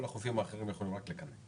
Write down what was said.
כל החופים האחרים יכולים רק לקנא.